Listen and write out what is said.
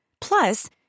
Plus